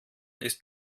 ist